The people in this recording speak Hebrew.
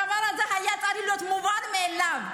הדבר הזה היה צריך להיות מובן מאליו.